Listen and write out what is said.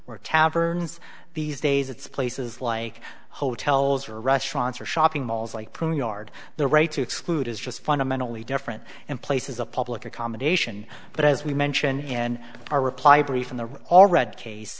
or taverns these days it's places like hotels or restaurants or shopping malls like prune yard the right to exclude is just fundamentally different in places of public accommodation but as we mention in our reply brief in the all red case